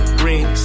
green